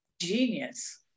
genius